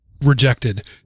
rejected